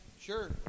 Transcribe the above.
Sure